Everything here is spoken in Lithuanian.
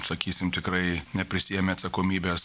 sakysim tikrai neprisiėmė atsakomybės